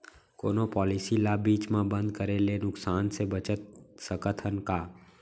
कोनो पॉलिसी ला बीच मा बंद करे ले नुकसान से बचत सकत हन का?